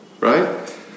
right